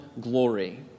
glory